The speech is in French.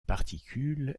particules